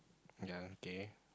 ya okay